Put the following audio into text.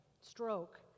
stroke